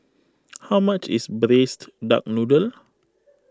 how much is Braised Duck Noodle